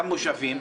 גם מושבים.